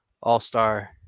all-star